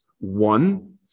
One